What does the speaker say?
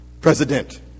president